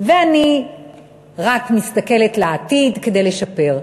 ואני רק מסתכלת לעתיד כדי לשפר.